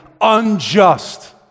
unjust